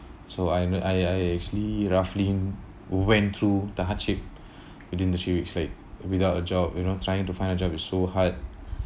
so I I I actually ruffling went through the hardship within the three weeks like without a job you know trying to find a job is so hard